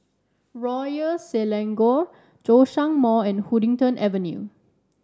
Royal Selangor Zhongshan Mall and Huddington Avenue